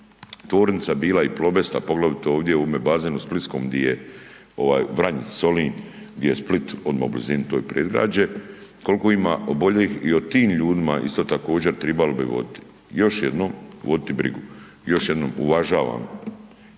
tvornica bila i „Plobesta“ poglavito u ovome bazenu splitskom gdje je Vranjic, Solin, gdje je Split odmah u blizini, to je predgrađe, koliko ima oboljelih i o tim ljudima isto također tribalo bi voditi brigu. Još jednom uvažavam